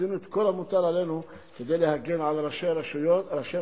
עשינו את כל המוטל עלינו כדי להגן על ראשי הרשויות,